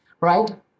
Right